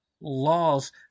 laws